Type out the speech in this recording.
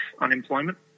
unemployment